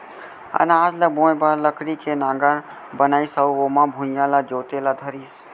अनाज ल बोए बर लकड़ी के नांगर बनाइस अउ ओमा भुइयॉं ल जोते ल धरिस